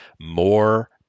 more